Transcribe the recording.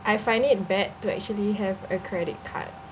I find it bad to actually have a credit card